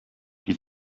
die